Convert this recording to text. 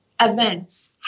events